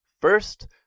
First